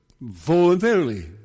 voluntarily